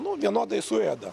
nu vienodai suėda